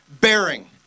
bearing